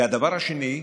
והדבר השני,